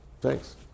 Thanks